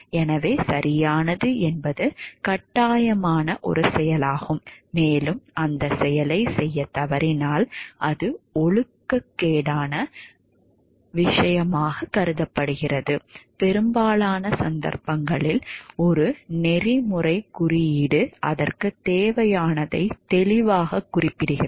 எனவே சரியானது என்பது கட்டாயமான ஒரு செயலாகும் மேலும் அந்தச் செயலைச் செய்யத் தவறினால் அது ஒழுக்கக்கேடான ஒழுக்கக்கேடானதாகும் பெரும்பாலான சந்தர்ப்பங்களில் ஒரு நெறிமுறைக் குறியீடு அதற்குத் தேவையானதைத் தெளிவாகக் குறிப்பிடுகிறது